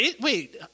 Wait